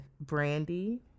Brandy